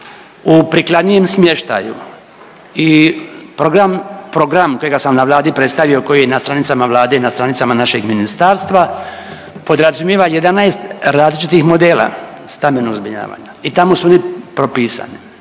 u prikladnijem smještaju i program, program kojega sam na Vladi predstavio koji je na stranicama Vlade i na stranicama našeg ministarstva, podrazumijeva 11 različitih modela stambenog zbrinjavanja i tamo su oni propisani.